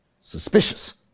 Suspicious